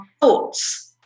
thoughts